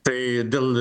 tai dėl